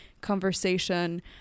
conversation